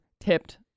tipped